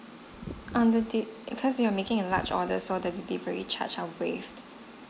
under it because you are making a large order so the delivery charge are waived